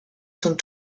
sont